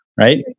Right